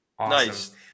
Nice